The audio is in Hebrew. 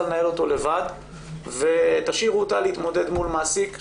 לנהל אותו לבד ותשאירו אותה להתמודד מול מעסיק.